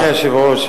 אדוני היושב-ראש,